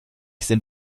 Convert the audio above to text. sind